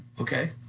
Okay